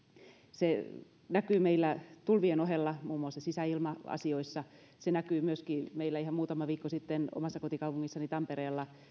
se näkyy meillä tulvien ohella muun muassa sisäilma asioissa se näkyy myöskin niin että meillä ihan muutama viikko sitten omassa kotikaupungissani tampereella